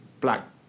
Black